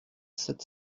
sept